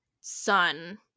son